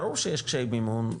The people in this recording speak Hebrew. ברור שיש קשיי מימון,